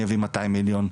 אני אביא מאתיים מיליון.